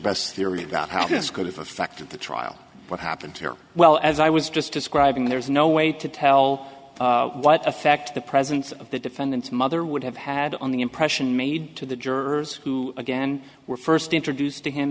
best theory about how this could have affected the trial what happened here well as i was just describing there is no way to tell what effect the presence of the defendant's mother would have had on the impression made to the jurors who again were first introduced to him